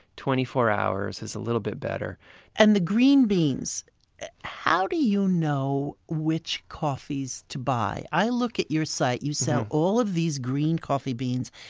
twenty four hours is a little bit better and the green beans how do you know which coffees to buy? i looked at your site. you sell all of these green coffee beans.